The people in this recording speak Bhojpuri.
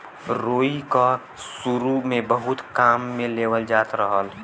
रुई क सुरु में बहुत काम में लेवल जात रहल